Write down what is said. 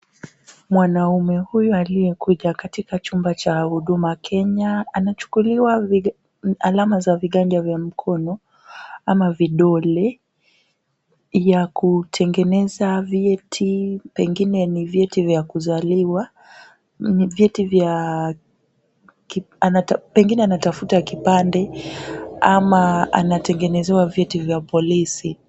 Mwanaume huyu aliyekuja katika chumba cha Huduma Kenya anachukuliwa alama za vidole vya mkono ama vidole, ya kutengeneza vyeti, pengine ni vyeti vya kuzaliwa. Pengine anatafuta kipande ama anatengenezewa vyeti vya polisi.